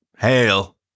Hail